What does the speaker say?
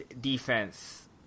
defense